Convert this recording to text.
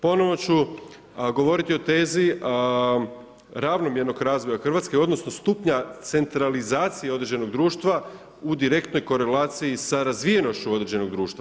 Ponovno ću govoriti o tezi ravnomjernog razvoja Hrvatske, odnosno stupnja centralizacije određenog društva u direktnoj koleraciji sa razvijenošću određenog društva.